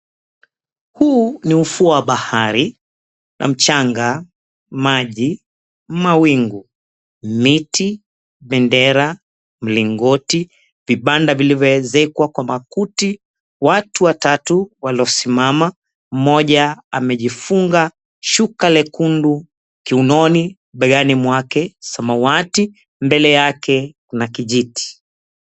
Huu ni ufuo wa bahari, kuna mchanga, maji, mawingu, miti, bendera, mlingoti, vibanda vilivyoezekwa kwa makuti. Watu watatu waliosimama, mmoja amejifunga shuka lekundu kiunoni, begani mwake samawati, mbele yake kuna kijiti.